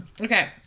Okay